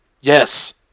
Yes